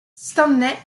stanley